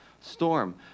Storm